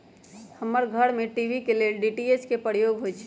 हमर घर में टी.वी के लेल डी.टी.एच के प्रयोग होइ छै